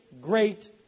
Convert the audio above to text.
great